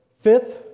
Fifth